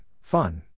Fun